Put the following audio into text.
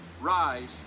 Rise